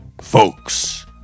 folks